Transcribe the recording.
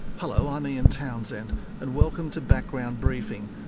hello, i'm ian townsend and welcome to background briefing.